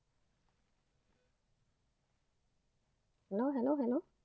hello hello hello